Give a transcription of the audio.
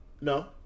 no